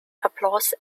applause